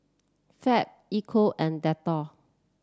Fab Ecco and Dettol